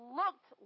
looked